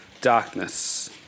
darkness